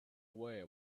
away